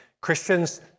Christians